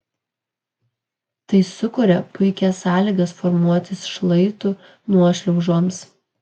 tai sukuria puikias sąlygas formuotis šlaitų nuošliaužoms